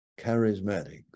Charismatics